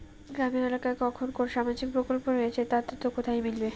গ্রামের এলাকায় কখন কোন সামাজিক প্রকল্প রয়েছে তার তথ্য কোথায় মিলবে?